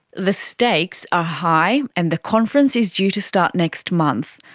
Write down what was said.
the stakes are high and the conference is due to start next month.